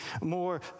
more